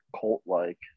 cult-like